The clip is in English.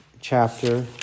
chapter